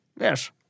Yes